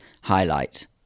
highlight